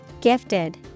Gifted